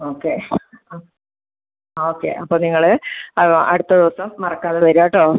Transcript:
okay ah okay അപ്പോൾ നിങ്ങൾ അപ്പോൾ അടുത്ത ദിവസം മറക്കാതെ വരുക കേട്ടോ